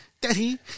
Daddy